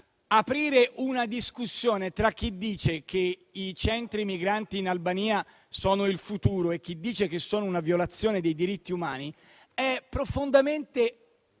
aprire una discussione tra chi dice che i centri migranti in Albania sono il futuro e chi dice che sono una violazione dei diritti umani è profondamente